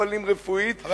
מטופלים רפואית,